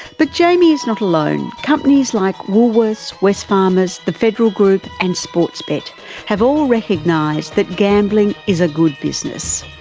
but jamie is not alone companies like woolworths, wesfarmers, the federal group and sportsbet have all recognised that gambling is a good business.